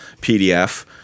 PDF